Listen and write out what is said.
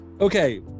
okay